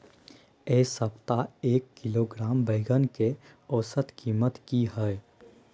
ऐ सप्ताह एक किलोग्राम बैंगन के औसत कीमत कि हय?